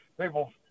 people